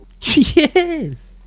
Yes